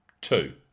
two